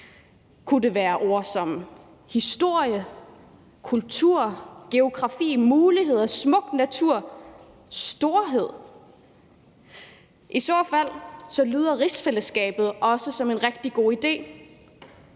Kunne det være ord som historie, kultur, geografi, muligheder, smuk natur eller storhed? I så fald lyder rigsfællesskabet også som en rigtig god idé,